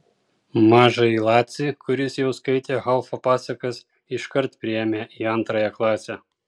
mažąjį lacį kuris jau skaitė haufo pasakas iškart priėmė į antrąją klasę